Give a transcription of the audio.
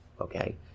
okay